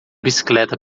bicicleta